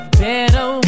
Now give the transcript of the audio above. better